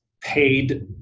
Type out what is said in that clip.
paid